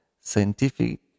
scientific